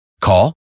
Call